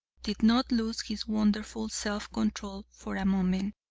did not lose his wonderful self-control for a moment,